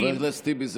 חבר הכנסת טיבי,